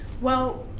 well,